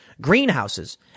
greenhouses